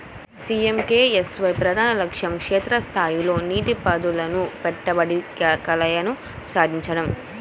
PMKSY ప్రధాన లక్ష్యం క్షేత్ర స్థాయిలో నీటిపారుదలలో పెట్టుబడుల కలయికను సాధించడం